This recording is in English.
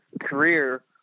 career